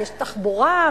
יש תחבורה,